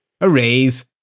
Arrays